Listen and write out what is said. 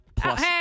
Plus